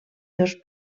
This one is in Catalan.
dos